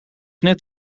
net